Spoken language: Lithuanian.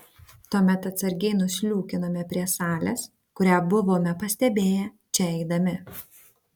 tuomet atsargiai nusliūkinome prie salės kurią buvome pastebėję čia eidami